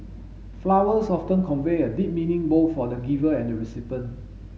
flowers often convey a deep meaning both for the giver and the recipient